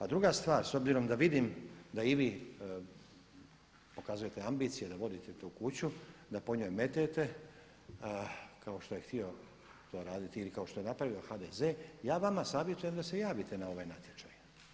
A druga stvar, s obzirom da vidim da i vi pokazujete ambicije da vodite tu kuću, da po njoj metete kao što je htio to raditi ili kao što je napravio HDZ ja vama savjetujem da se javite na ovaj natječaj.